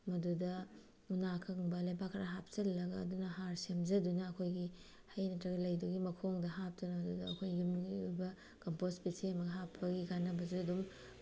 ꯃꯗꯨꯗ ꯎꯅꯥ ꯑꯀꯪꯕ ꯂꯩꯕꯥꯛ ꯈꯔ ꯍꯥꯞꯆꯤꯜꯂꯒ ꯑꯗꯨꯅ ꯍꯥꯔ ꯁꯦꯝꯖꯗꯨꯅ ꯑꯩꯈꯣꯏꯒꯤ ꯍꯩ ꯅꯠꯇꯔꯒ ꯂꯩꯗꯨꯒꯤ ꯃꯈꯣꯡꯗ ꯍꯥꯞꯇꯨꯅ ꯑꯗꯨꯗ ꯑꯩꯈꯣꯏ ꯌꯨꯝꯒꯤ ꯑꯣꯏꯕ ꯀꯝꯄꯣꯁ ꯍꯥꯞꯄꯒꯤ ꯀꯥꯟꯅꯕꯁꯨ ꯑꯗꯨꯝ